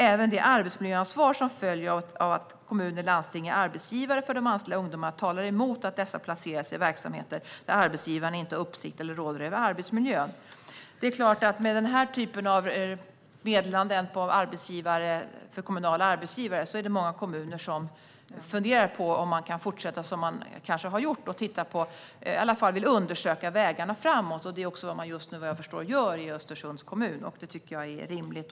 Även det arbetsmiljöansvar som följer av att kommuner/landsting är arbetsgivare för de anställda ungdomarna talar emot att dessa placeras i verksamheter där arbetsgivaren inte har uppsikt eller råder över arbetsmiljön." Det är klart att med den typen av meddelanden till kommunala arbetsgivare är det många kommuner som funderar på om man kan fortsätta som man kanske har gjort och i alla fall vill undersöka vägarna framåt. Vad jag förstår är det vad man just nu gör i Östersunds kommun, och det tycker jag är rimligt.